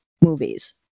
movies